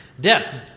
death